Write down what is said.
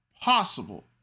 possible